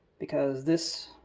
because this,